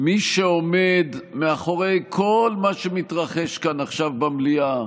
מי שעומד מאחורי כל מה שמתרחש כאן עכשיו במליאה